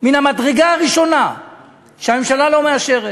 מן המדרגה הראשונה שהממשלה לא מאשרת.